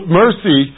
mercy